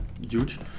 huge